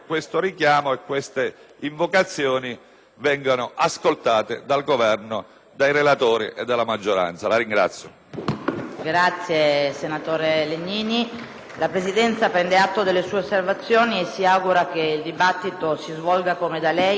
vengano ascoltate dal Governo, dai relatori e dalla maggioranza. *(Applausi